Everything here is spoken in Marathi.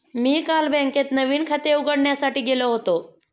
मी काल बँकेत नवीन खाते उघडण्यासाठी गेलो होतो